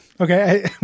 Okay